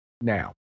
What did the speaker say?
now